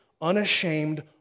unashamed